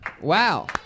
Wow